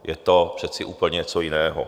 Je to přece úplně něco jiného.